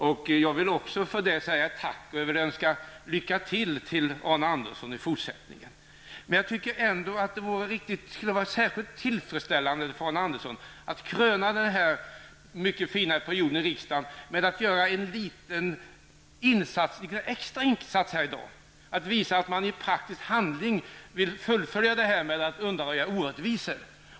Också jag vill tacka Arne Andersson, och jag önskar lycka till i fortsättningen. Men det vore särskilt tillfredsställande för Arne Andersson att kröna denna mycket fina period i riksdagen med att göra en liten extra insats här i dag och visa att man i praktisk handling vill undanröja orättvisor.